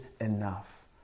enough